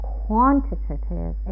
quantitative